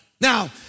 Now